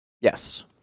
Yes